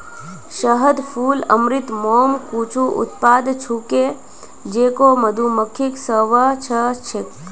शहद, फूल अमृत, मोम कुछू उत्पाद छूके जेको मधुमक्खि स व स छेक